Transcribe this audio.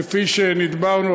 כפי שנדברנו,